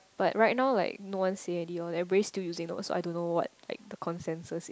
but right now like no one say already orh everyone still using no so I don't know what's like the consensus is